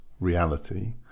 reality